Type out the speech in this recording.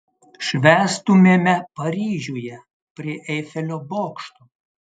švęstumėme paryžiuje prie eifelio bokšto